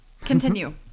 Continue